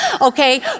okay